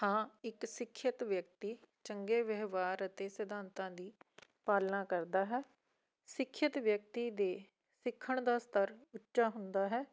ਹਾਂ ਇੱਕ ਸਿੱਖਿਅਤ ਵਿਅਕਤੀ ਚੰਗੇ ਵਿਵਹਾਰ ਅਤੇ ਸਿਧਾਂਤਾਂ ਦੀ ਪਾਲਣਾ ਕਰਦਾ ਹੈ ਸਿੱਖਿਅਤ ਵਿਅਕਤੀ ਦੇ ਸਿੱਖਣ ਦਾ ਸਤਰ ਉੱਚਾ ਹੁੰਦਾ ਹੈ